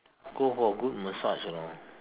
go for a good massage you know